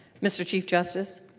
mr. chief justice.